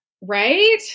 Right